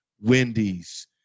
Wendy's